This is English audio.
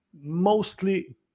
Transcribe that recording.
mostly